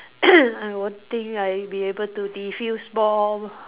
I will think like be able to defuse bomb